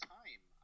time